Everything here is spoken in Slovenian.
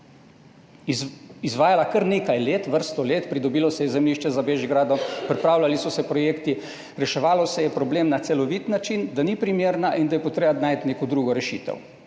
izvajala kar nekaj let, vrsto let, pridobilo se je zemljišče za Bežigradom, pripravljali so se projekti, reševalo se je problem na celovit način, da ni primerna, in da je potrebno najti neko drugo rešitev.